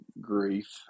grief